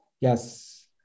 Yes